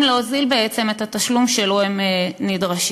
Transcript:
להוזיל בעצמם את התשלום שלו הם נדרשים.